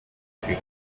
sealer